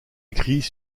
écrits